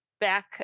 back